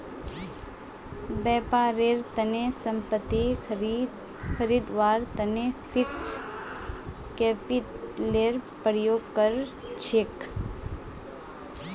व्यापारेर तने संपत्ति खरीदवार तने फिक्स्ड कैपितलेर प्रयोग कर छेक